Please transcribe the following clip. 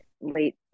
late